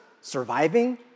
surviving